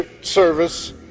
service